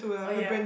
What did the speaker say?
orh ya